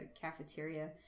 cafeteria